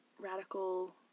Radical